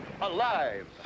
alive